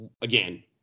again